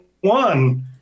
one